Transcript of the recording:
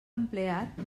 empleat